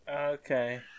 okay